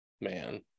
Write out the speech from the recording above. man